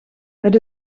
het